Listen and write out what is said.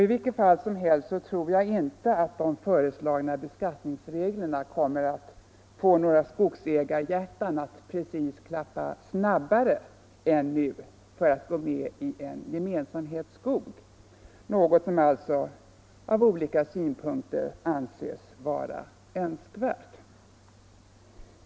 I vilket fall som helst tror jag inte att de föreslagna beskattningsreglerna kommer att få några skogsägarhjärtan att precis klappa snabbare än nu för att gå med i en gemensamhetsskog, något som alltså av olika skäl anses vara önskvärt.